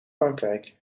frankrijk